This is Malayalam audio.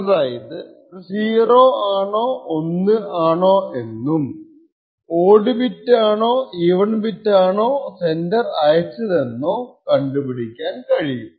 അതായതു 0 ആണോ 1 ആണോ എന്നും ഓഡ് ബിറ്റാണോ ഈവൻ ബിറ്റാണോ സെൻഡർ അയച്ചതെന്ന് കണ്ടുപിടിക്കാൻ കഴിയും